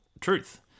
truth